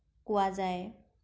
কোৱা যায়